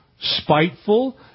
spiteful